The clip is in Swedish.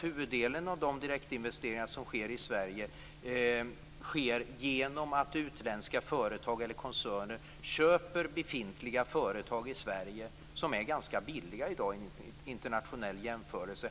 Huvuddelen av de direktinvesteringar som sker i Sverige sker genom att utländska företag eller koncerner köper befintliga företag i Sverige. De är ganska billiga i dag vid en internationell jämförelse,